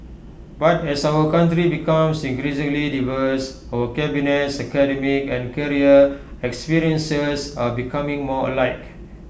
but as our country becomes increasingly diverse our cabinet's academic and career experiences are becoming more alike